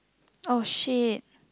oh shit